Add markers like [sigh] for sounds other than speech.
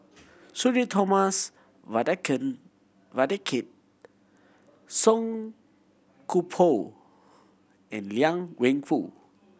Sudhir Thomas [unintelligible] Vadaketh Song Koon Poh and Liang Wenfu